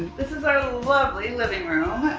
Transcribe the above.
this is our lovely living room.